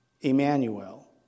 Emmanuel